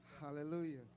Hallelujah